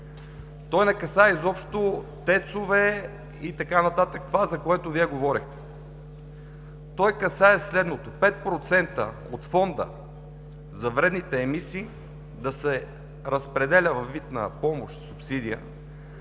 Той не касае изобщо ТЕЦ-ове и така нататък – това, за което Вие говорихте. Той касае следното: 5% от Фонда за вредните емисии да се разпределят във вид на помощ, субсидия